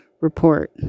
report